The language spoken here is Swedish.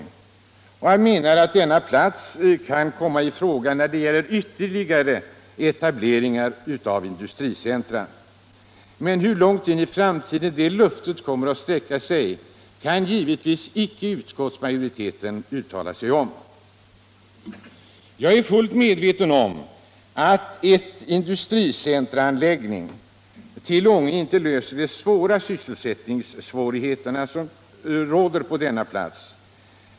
Ar betsmarknadsministern menar att denna plats kan komma i fråga när det gäller ytterligare etableringar av industricentrer. Men hur långt in i framtiden det löftet kommer att sträcka sig kan givetvis inte utskottsmajoriteten uttala sig om. Jag är fullt medveten om att en industricenteranläggning i Ånge inte löser de stora sysselsättningsproblem som råder på denna plats.